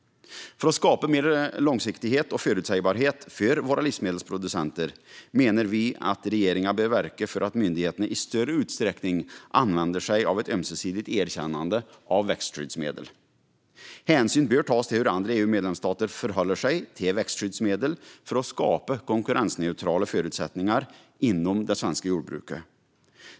För att skapa mer långsiktighet och förutsägbarhet för våra livsmedelsproducenter menar vi att regeringen bör verka för att myndigheterna i större utsträckning ska använda sig av ömsesidigt erkännande av växtskyddsmedel. För att skapa konkurrensneutrala förutsättningar inom det svenska jordbruket bör hänsyn tas till hur andra EU-medlemsstater förhåller sig till växtskyddsmedel.